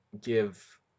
give